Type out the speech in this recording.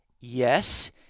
Yes